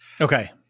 Okay